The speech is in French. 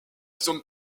son